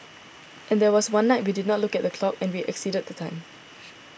and there was one night we did not look at the clock and we exceeded the time